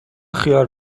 خیار